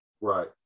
Right